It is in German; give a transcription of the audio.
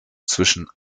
zwischen